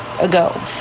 ago